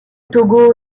togo